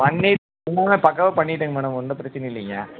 பண்ணிட்ட எல்லாம் பக்காவாக பண்ணிவிட்டேங்க மேடம் ஒன்றும் பிரச்சனை இல்லைங்க